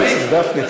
חבר הכנסת גפני,